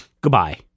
goodbye